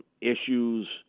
issues –